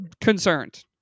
concerned